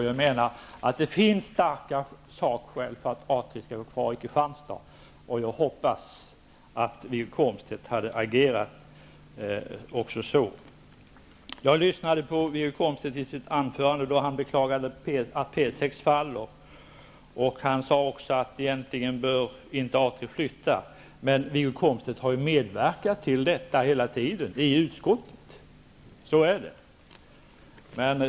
Jag menar att det finns starka sakskäl för att A 3 skall vara kvar i Kristianstad, och jag hade hoppats att också Wiggo Komstedt skulle agera så. Jag lyssnade på Wiggo Komstedts anförande, där han beklagade att P 6 faller. Han sade också att A 3 egentligen inte bör flytta. Men Wiggo Komstedt har ju hela tiden medverkat till detta i utskottet.